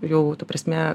jau ta prasme